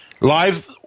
Live